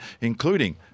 including